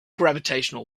gravitational